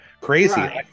crazy